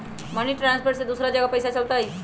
Money transfer से दूसरा जगह पईसा चलतई?